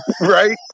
Right